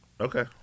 Okay